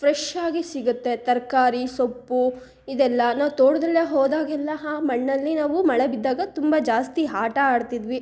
ಫ್ರೆಶ್ಶಾಗಿ ಸಿಗುತ್ತೆ ತರಕಾರಿ ಸೊಪ್ಪು ಇದೆಲ್ಲ ನಾವು ತೋಟದಲ್ಲೆ ಹೋದಾಗೆಲ್ಲ ಆ ಮಣ್ಣಲ್ಲಿ ನಾವು ಮಳೆ ಬಿದ್ದಾಗ ತುಂಬ ಜಾಸ್ತಿ ಆಟ ಆಡ್ತಿದ್ವಿ